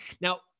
Now